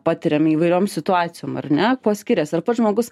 patiriam įvairiom situacijom ar ne kuo skirias ar pats žmogus